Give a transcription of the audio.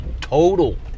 total